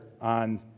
on